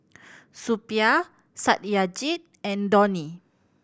Suppiah Satyajit and Dhoni